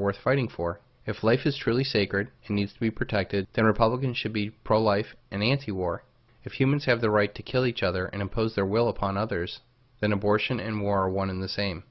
worth fighting for if life is truly sacred and needs to be protected then republicans should be pro life and anti war if humans have the right to kill each other and impose their will upon others than abortion and more one in the same